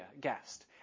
guest